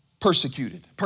Persecuted